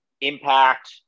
impact